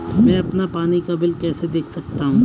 मैं अपना पानी का बिल कैसे देख सकता हूँ?